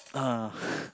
uh